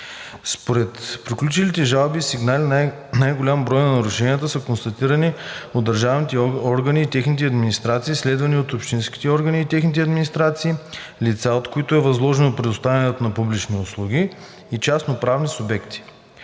Според приключените жалби и сигнали най-голям брой на нарушения са констатирани от държавните органи и техните администрации, следвани от общинските органи и техните администрации, лица на които е възложено предоставянето на публични услуги и частноправни субекти.